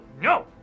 no